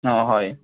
অঁ হয়